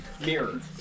Mirror